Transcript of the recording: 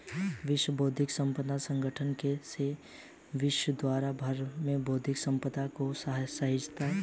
विश्व बौद्धिक संपदा संगठन के द्वारा विश्व भर में बौद्धिक सम्पदा को सहेजा जाता है